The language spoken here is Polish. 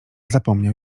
zapomniał